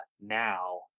now